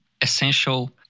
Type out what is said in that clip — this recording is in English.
essential